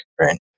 Right